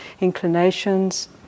inclinations